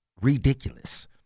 ridiculous